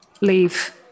leave